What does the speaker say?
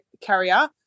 carrier